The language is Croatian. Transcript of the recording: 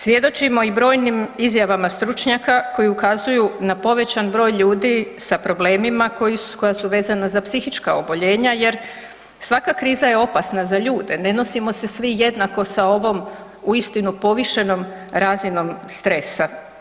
Svjedočimo i brojnim izjavama stručnjaka koji ukazuju na povećan broj ljudi sa problemima koja su vezana za psihička oboljenja jer svaka kriza je opasna za ljude, ne nosimo se svi jednako sa ovom uistinu povišenom raznim stresa.